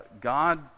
God